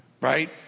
Right